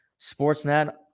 Sportsnet